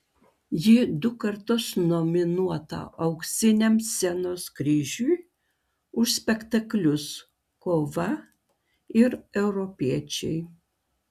ji du kartus nominuota auksiniam scenos kryžiui už spektaklius kova ir europiečiai